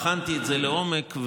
בחנתי את זה לעומק,